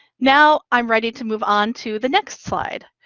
now i'm ready to move on to the next slide,